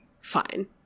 fine